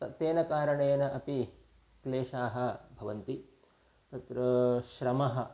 तत्तेन कारणेन अपि क्लेशाः भवन्ति तत्र श्रमः